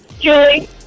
Julie